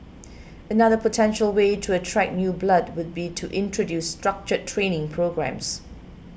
another potential way to attract new blood would be to introduce structured training programmes